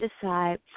decide